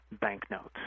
banknotes